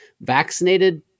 Vaccinated